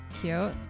Cute